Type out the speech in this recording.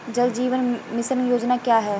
जल जीवन मिशन योजना क्या है?